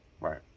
Right